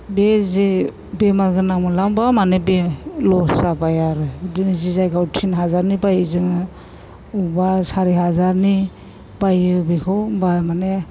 बे जे बेमारगोनां मोनलांब्ला माने बे लस जाबाय आरो बिदिनो जि जायगायाव तिन हाजारनि बायो जोङो अबावबा सारि हाजारनि बायो बेखौ होमब्ला माने